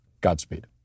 Godspeed